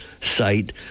site